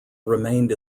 remained